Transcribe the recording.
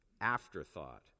afterthought